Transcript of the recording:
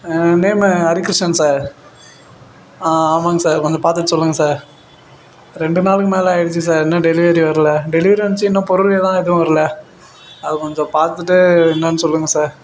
என் name Harikrishnan sir ஆ ஆமாங்க sir கொஞ்சம் பார்த்துட்டு சொல்லுங்கள் சார் ரெண்டு நாளுக்கு மேல் ஆகிடுச்சி சார் இன்னும் டெலிவரி வரல டெலிவரி வந்துச்சு இன்னும் பொருள் எல்லாம் எதுவும் வரல அது கொஞ்சம் பார்த்துட்டு என்னன்னு சொல்லுங்கள் சார்